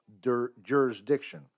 jurisdiction